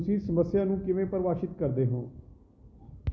ਤੁਸੀਂ ਸਮੱਸਿਆ ਨੂੰ ਕਿਵੇਂ ਪਰਿਭਾਸ਼ਿਤ ਕਰਦੇ ਹੋ